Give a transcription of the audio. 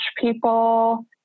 people